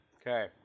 Okay